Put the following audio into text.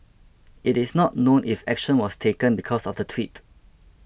it is not known if action was taken because of the Twitter